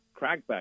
crackback